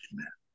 Amen